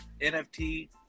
NFT